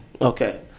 Okay